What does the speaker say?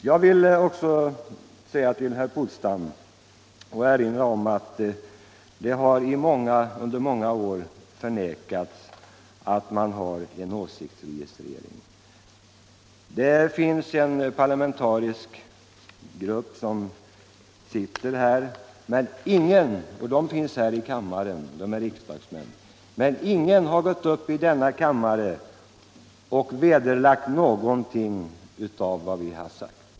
Jag vill erinra herr Polstam om att det under många år har förnekats att man har en åsiktsregistrering. Det finns en parlamentarisk grupp, som alltså består av riksdagsmän, men ingen av den gruppens ledamöter har gått upp i denna talarstol och vederlagt någonting av vad vi har sagt.